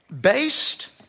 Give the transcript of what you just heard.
Based